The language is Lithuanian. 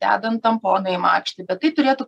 dedan tamponą į makštį bet tai turėtų